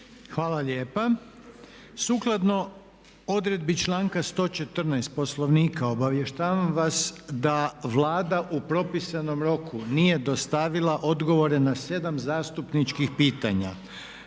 Hvala lijepa. Sukladno odredbi članka 114. Poslovnika obavještavam vas da Vlada u propisanom roku nije dostavila odgovore na 7 zastupničkih pitanja